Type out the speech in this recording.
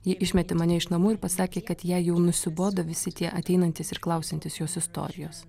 ji išmetė mane iš namų ir pasakė kad jei jau nusibodo visi tie ateinantys ir klausiantys jos istorijos